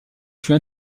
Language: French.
fut